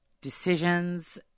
decisions